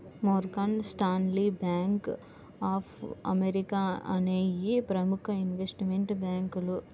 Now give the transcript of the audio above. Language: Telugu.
Morgan Stanley, Bank of America అనేయ్యి ప్రముఖ ఇన్వెస్ట్మెంట్ బ్యేంకులు